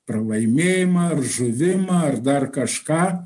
pralaimėjimą ar žuvimą ar dar kažką